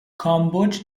کامبوج